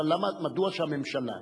אבל מדוע שהממשלה